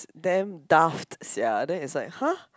damn daft sia then it's like !huh!